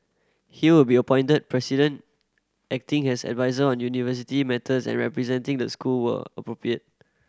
he will be appointed President acting as adviser on university matters and representing the school where appropriate